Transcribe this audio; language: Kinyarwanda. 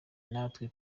natwe